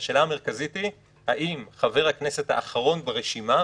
השאלה המרכזית היא האם חבר הכנסת האחרון ברשימה,